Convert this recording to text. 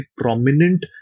prominent